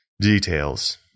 details